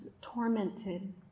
tormented